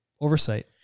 oversight